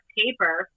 paper